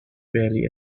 barely